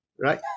right